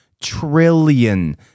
trillion